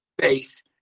face